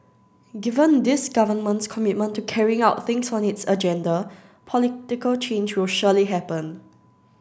given this Government's commitment to carrying out things on its agenda political change will surely happen